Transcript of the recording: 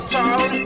town